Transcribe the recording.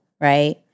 right